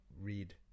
read